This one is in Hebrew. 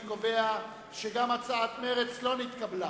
אני קובע שגם הצעת האי-אמון של סיעת מרצ לא נתקבלה.